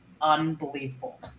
unbelievable